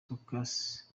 phocas